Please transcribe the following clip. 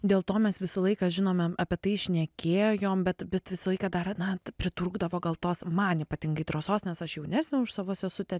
dėl to mes visą laiką žinome apie tai šnekėjom bet bet visą laiką dar na pritrūkdavo gal tos man ypatingai drąsos nes aš jaunesnė už savo sesutę